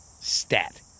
Stat